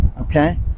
Okay